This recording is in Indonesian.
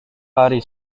hari